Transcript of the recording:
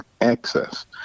access